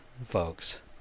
Folks